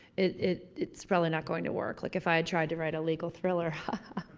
it, it, it's probably not going to work. like if i'd tried to write a legal thriller, ha,